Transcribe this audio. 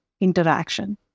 interaction